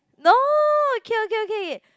no okay okay okay